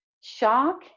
shock